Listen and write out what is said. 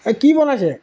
এই কি বনাইছে